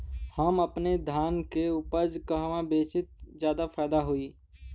हम अपने धान के उपज कहवा बेंचि त ज्यादा फैदा होई?